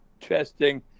interesting